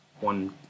One